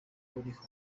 uriho